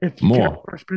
More